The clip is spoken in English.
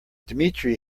dmitry